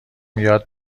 یاد